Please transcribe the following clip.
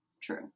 True